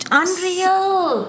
unreal